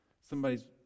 Somebody's